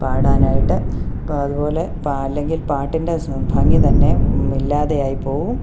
പാടാനായിട്ട് അപ്പോൾ അതുപോലെ പാ അല്ലെങ്കിൽ പാട്ടിൻ്റെ സ ഭംഗി തന്നെ ഇല്ലാതെ ആയിപ്പോകും